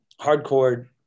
hardcore